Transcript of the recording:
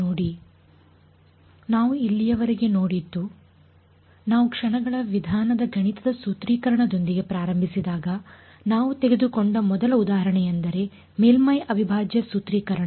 ನಾವು ಇಲ್ಲಿಯವರೆಗೆ ನೋಡಿದ್ದು ನಾವು ಕ್ಷಣಗಳ ವಿಧಾನದ ಗಣಿತದ ಸೂತ್ರೀಕರಣದೊಂದಿಗೆ ಪ್ರಾರಂಭಿಸಿದಾಗ ನಾವು ತೆಗೆದುಕೊಂಡ ಮೊದಲ ಉದಾಹರಣೆಯೆಂದರೆ ಮೇಲ್ಮೈ ಅವಿಭಾಜ್ಯ ಸೂತ್ರೀಕರಣ